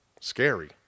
Scary